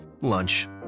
Lunch